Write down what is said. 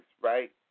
right